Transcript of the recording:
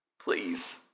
Please